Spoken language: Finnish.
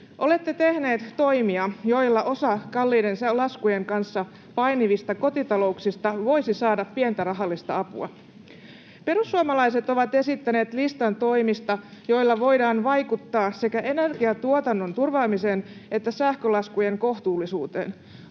olette tehneet toimia, joilla osa kalliiden laskujen kanssa painivista kotitalouksista voisi saada pientä rahallista apua. Perussuomalaiset ovat esittäneet listan toimista, joilla voidaan vaikuttaa sekä energiantuotannon turvaamiseen että sähkölaskujen kohtuullisuuteen.